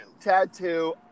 tattoo